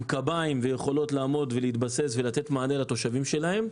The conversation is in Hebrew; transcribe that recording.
קביים ויכולות לעמוד ולהתבסס ולתת מענה לתושבים שלהם,